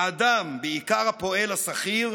האדם, בעיקר הפועל השכיר,